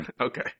Okay